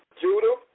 Judah